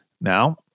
Now